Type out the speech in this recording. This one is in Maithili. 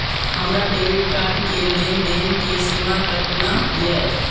हमार डेबिट कार्ड के लेन देन के सीमा केतना ये?